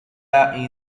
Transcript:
area